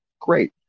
Great